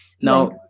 Now